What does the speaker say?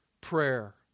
prayer